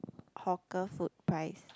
hawker food price